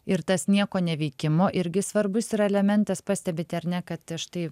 ir tas nieko neveikimo irgi svarbus yra elementas pastebite ar ne kad štai